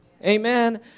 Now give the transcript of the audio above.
Amen